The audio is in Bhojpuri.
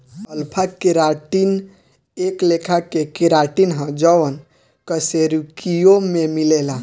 अल्फा केराटिन एक लेखा के केराटिन ह जवन कशेरुकियों में मिलेला